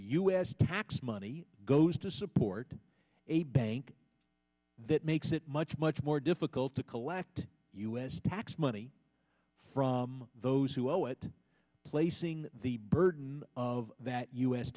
s tax money goes to support a bank that makes it much much more difficult to collect u s tax money from those who owe it placing the burden of that u